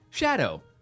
Shadow